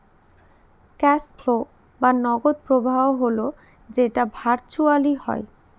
cash flow বা নগদ প্রবাহ হল যেটা ভার্চুয়ালি হয়